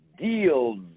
deals